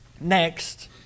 Next